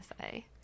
say